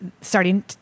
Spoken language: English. starting